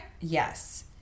Yes